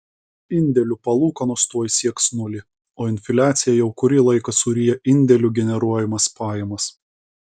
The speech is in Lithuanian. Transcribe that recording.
indėlių palūkanos tuoj sieks nulį o infliacija jau kurį laiką suryja indėlių generuojamas pajamas